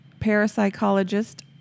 parapsychologist